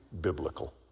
biblical